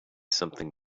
something